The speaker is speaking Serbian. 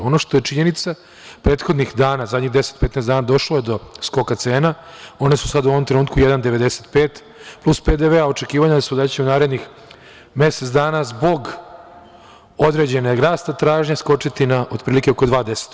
Ono što je činjenica prethodnih dana, zadnjih 10-15 dana, došlo je do skoka cena i one su sada u ovom trenutku 1,95 plus PDV i očekivanja su da će u narednih mesec dana zbog određenog rasta tražnje skočiti na oko 2,10.